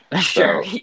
sure